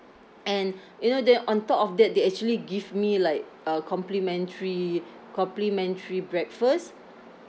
and you know then on top of that they actually give me like a complimentary complimentary breakfast